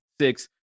six